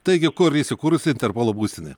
taigi kur įsikūrusi interpolo būstinė